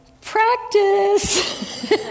practice